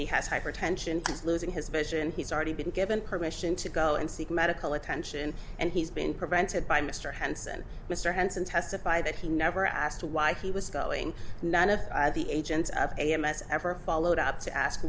he has hypertension is losing his vision he's already been given permission to go and seek medical attention and he's been prevented by mr hanson mr hanson testified that he never asked why he was going none of the agents of a m s ever followed up to ask